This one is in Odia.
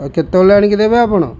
ଆଉ କେତେବେଳେ ଆଣିକି ଦେବେ ଆପଣ